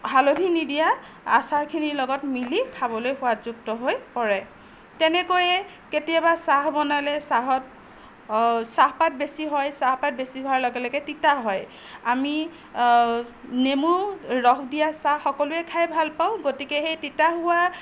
হালধি নিদিয়া আচাৰখিনিৰ লগত মিলি খাবলৈ সোৱাদ যুক্ত হৈ পৰে তেনেকৈয়ে কেতিয়াবা চাহ বনালে চাহত চাহপাত বেছি হয় চাহপাত বেছি হোৱাৰ লগে লগে তিতা হয় আমি নেমু ৰস দিয়া চাহ সকলোৱে খাই ভাল পাওঁ গতিকে সেই তিতা হোৱা